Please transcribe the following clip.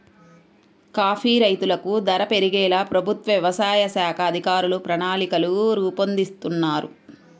coffee రైతులకు ధర పెరిగేలా ప్రభుత్వ వ్యవసాయ శాఖ అధికారులు ప్రణాళికలు రూపొందిస్తున్నారు